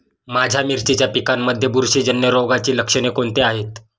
माझ्या मिरचीच्या पिकांमध्ये बुरशीजन्य रोगाची लक्षणे कोणती आहेत?